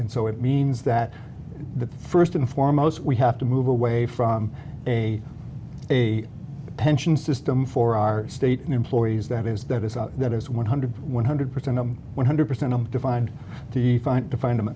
and so it means that the first and foremost we have to move away from a a pension system for our state employees that is that is that is one hundred one hundred percent i'm one hundred percent i'm defined to find defined